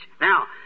Now